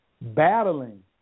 battling